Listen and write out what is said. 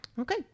Okay